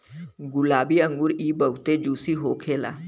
गुलाबी अंगूर इ बहुते जूसी होखेला